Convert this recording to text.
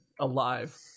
alive